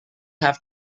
have